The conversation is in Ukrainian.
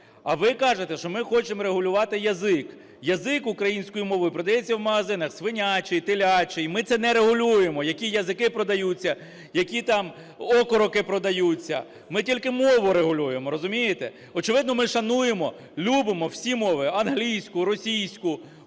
а ви кажете, що ми хочемо регулювати "язик". Язик (українською мовою) продається в магазинах: свинячий, телячий. Ми це не регулюємо, які язики продаються, які там окороки продаються. Ми тільки мову регулюємо, розумієте? Очевидно, ми шануємо, любимо всі мови: англійську, російську,